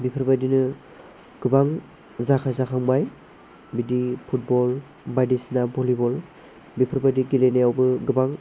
बेफोरबादिनो गोबां जाथाय जाखांबाय बिदि फुटबल बायदिसिना भलिबल बेफोरबायदि गेलेनायावबो गोबां